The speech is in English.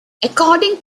according